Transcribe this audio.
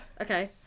okay